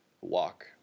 walk